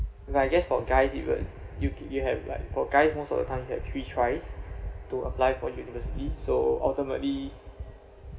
but I guess for guys even you you have like for guys most of the time have three tries to apply for university so ultimately